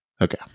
Okay